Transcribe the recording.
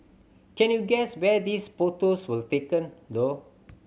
can you guess where these photos were taken though